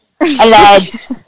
alleged